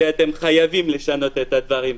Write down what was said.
שאתם חייבים לשנות את הדברים.